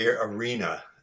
arena